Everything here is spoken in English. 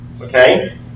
Okay